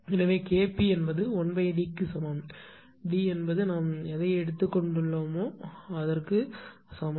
எனவே K p 1D க்கு சமம் எனவே D என்பது நாம் எதைக் கொண்டுள்ளோமோ அதற்கு சமம்